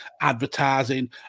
advertising